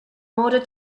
order